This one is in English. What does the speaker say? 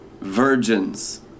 virgins